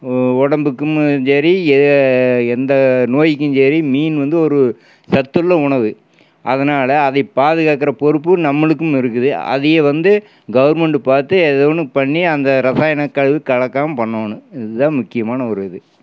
உடம்புக்கும் சரி எந்த நோயிக்கும் சரி மீன் வந்து ஒரு சத்துள்ள உணவு அதனால அதை பாதுகாக்கிற பொறுப்பு நம்மளுக்கும் இருக்குது அதை வந்து கவர்மெண்ட் பார்த்து எதா ஒன்று பண்ணி அந்த ரசாயன கழிவு கலக்காமல் பண்ணொன்னு இதுதான் முக்கியமான ஒரு இது